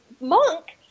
monk